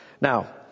now